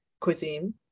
cuisine